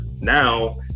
now